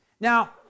Now